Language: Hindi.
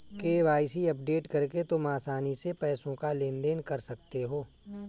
के.वाई.सी अपडेट करके तुम आसानी से पैसों का लेन देन कर सकते हो